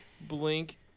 Blink